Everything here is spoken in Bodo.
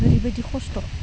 ओरैबायदि खस्थ'